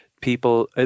people